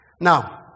Now